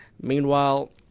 Meanwhile